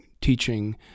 teaching